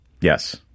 Yes